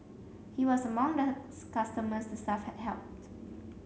he was among the customers the staff had helped